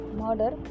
murder